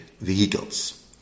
vehicles